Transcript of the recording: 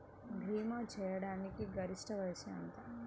భీమా చేయాటానికి గరిష్ట వయస్సు ఎంత?